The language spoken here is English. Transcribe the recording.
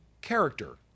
character